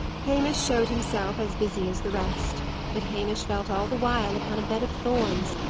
hamish showed himself as busy as the rest but hamish felt all the while upon a bed of thorns,